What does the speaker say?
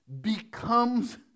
becomes